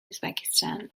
uzbekistan